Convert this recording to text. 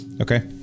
Okay